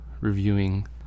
reviewing